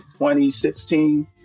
2016